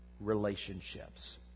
relationships